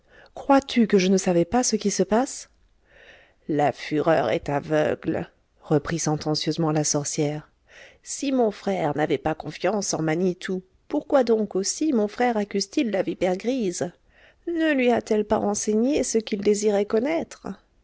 crois-tu que je ne savais pas ce qui se passe la fureur est aveugle reprit sentencieusement la sorcière si mon frère n'avait pas confiance en manitou pourquoi donc aussi mon frère accuse t il la vipère grise ne lui a-t-elle pas enseigné ce qu'il désirait connaître